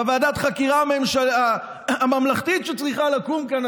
בוועדת החקירה הממלכתית שצריכה לקום כאן,